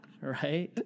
Right